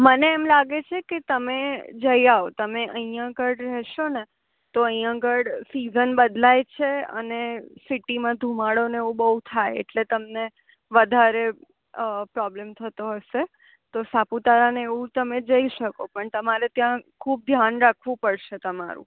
મને એમ લાગે છે કે તમે જઈ આવો તમે અહીં આગળ રહેશો ને તો અહીં આગળ સિઝન બદલાય છે અને સિટીમાં ધુમાડોને એવું બહુ થાય એટલે તમને વધારે પ્રોબલમ થતો હશે તો સાપુતારાને એવું તમે જઈ શકો પણ તમારે ત્યાં ખૂબ ધ્યાન રાખવું પડશે તમારું